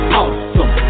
awesome